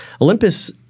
Olympus